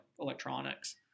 electronics